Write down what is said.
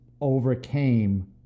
overcame